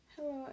Hello